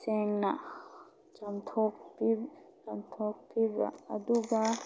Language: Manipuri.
ꯁꯦꯡꯅ ꯆꯥꯝꯊꯣꯛꯄꯤꯕ ꯑꯗꯨꯒ